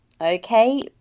okay